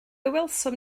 welsom